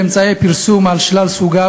השימוש באמצעי הפרסום על שלל סוגיו